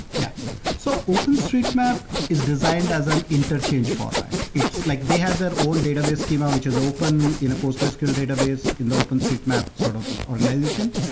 yeah so openstreetmap is designed as an interchange format. it's like they have their own database schema, which is open in a postgresql database in the openstreetmap sort of organization.